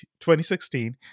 2016